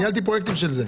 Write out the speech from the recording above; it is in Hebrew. ניהלתי פרויקטים כאלה.